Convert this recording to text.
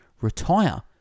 retire